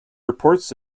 reports